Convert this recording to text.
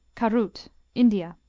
karut india